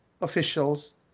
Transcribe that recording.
officials